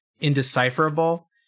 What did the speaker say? indecipherable